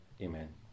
Amen